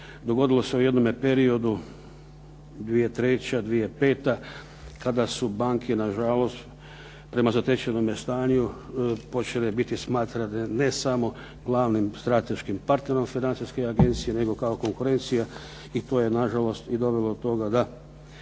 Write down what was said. Dogodilo se u jednome periodu 2003. i 2005. kada su banke na žalost prema zatečenome stanju počele biti smatrane ne samo glavnim strateškim partnerom Financijske agencije, nego kao konkurencija i koja je na žalost dovelo do toga da